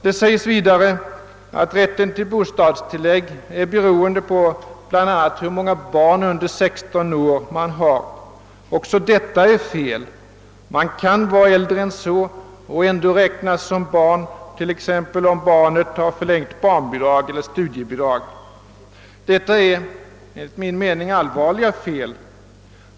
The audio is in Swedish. Det heter vidare att rätten till bostadstillägg bl.a. är beroende av hur många barn under 16 år man har. Också detta är felaktigt. Man kan vara äldre än så och ändå räknas som barn, t.ex. om det utgår förlängt barnbidrag eller studiebidrag. Detta är enligt min mening allvarliga fel.